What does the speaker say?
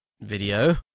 video